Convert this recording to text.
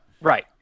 right